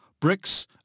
bricks